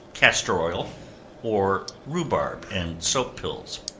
castor oil or rhubarb and soap pills.